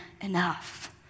enough